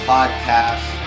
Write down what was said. Podcast